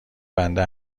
بنده